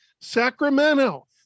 Sacramento